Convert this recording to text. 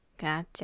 Gotcha